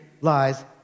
lies